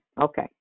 Okay